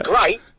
Great